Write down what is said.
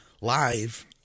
live